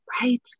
Right